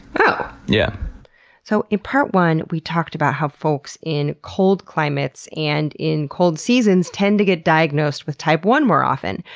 but yeah so in part one we talked about how folks in cold climates and in cold seasons tend to get diagnosed with type one more often,